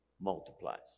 multiplies